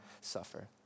suffer